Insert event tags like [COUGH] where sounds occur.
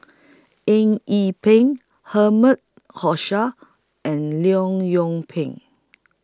Eng Yee Peng Herman [UNINTELLIGIBLE] and Leong Yoon Pin